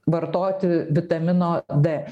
vartoti vitamino d